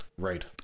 right